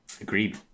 Agreed